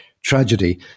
tragedy